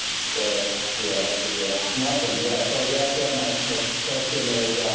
so ah so, yeah, that's a yeah nice one. yeah. so i guess ah my like question is,